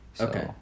Okay